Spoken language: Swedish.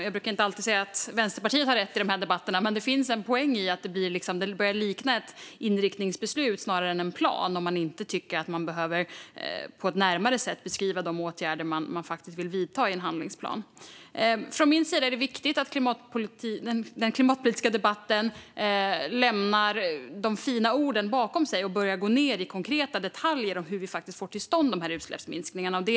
Jag brukar inte alltid säga att Vänsterpartiet har rätt i dessa debatter, men de har en poäng i att det snarare börjar likna ett inriktningsbeslut än en plan när man inte tycker att man närmare behöver beskriva de åtgärder man vill vidta genom sin handlingsplan. För mig är det viktigt att den klimatpolitiska debatten lämnar de fina orden bakom sig och börjar gå ned i konkreta detaljer om hur vi får utsläppsminskningar till stånd.